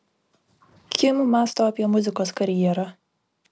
kim mąsto apie muzikos karjerą